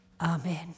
Amen